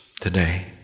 today